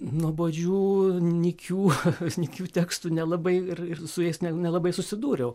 nuobodžių nykių nykių tekstų nelabai ir ir su jais net nelabai susidūriau